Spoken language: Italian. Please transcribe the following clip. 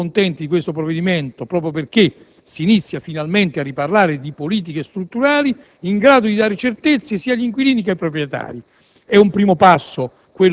Siamo molto contenti del provvedimento in esame proprio perché si inizia finalmente a riparlare di politiche strutturali in grado di dare certezze sia agli inquilini che ai proprietari.